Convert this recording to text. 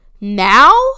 now